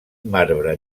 marbre